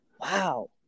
wow